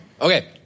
Okay